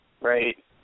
Right